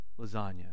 lasagna